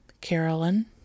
Carolyn